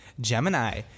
Gemini